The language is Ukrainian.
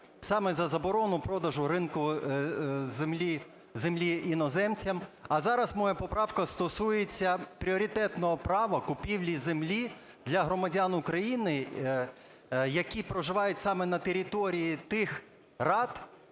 саме за заборону продажу ринку землі іноземцям. А зараз моя поправка стосується пріоритетного права купівлі землі для громадян України, які проживають саме на території тих рад,